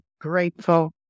grateful